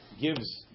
gives